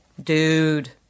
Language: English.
Dude